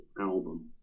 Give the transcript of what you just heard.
album